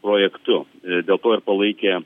projektu ir dėl to ir palaikė